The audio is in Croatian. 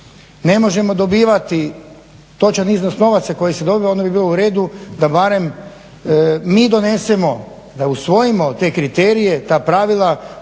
ne možemo dobivati točan iznos novaca koji se dobiva onda bi bilo u redu da barem mi donesemo, da usvojimo te kriterije, ta pravila